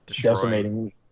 decimating